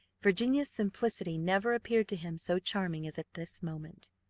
virginia's simplicity never appeared to him so charming as at this moment.